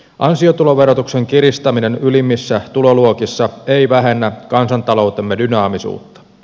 ansiotuloverotuksen kiristäminen ylimmissä tuloluokissa ei vähennä kansantaloutemme dynaamisuutta